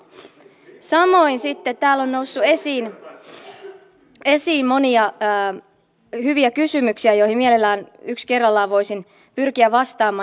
samoin sitten täällä on noussut esiin monia hyviä kysymyksiä joihin mielellään yksi kerrallaan voisin pyrkiä vastaamaan